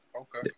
Okay